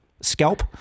scalp